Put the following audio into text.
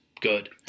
good